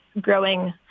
growing